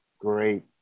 Great